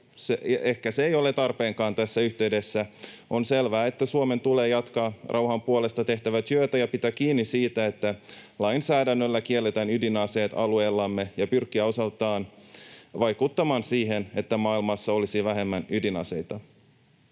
ehkä se ei ole tarpeenkaan tässä yhteydessä. On selvää, että Suomen tulee jatkaa rauhan puolesta tehtävää työtä ja pitää kiinni siitä, että lainsäädännöllä kielletään ydinaseet alueellamme, ja pyrkiä osaltaan vaikuttamaan siihen, että maailmassa olisi vähemmän ydinaseita.